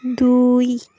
ଦୁଇ